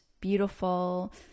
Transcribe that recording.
beautiful